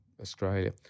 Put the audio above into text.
Australia